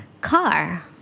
car